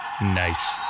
Nice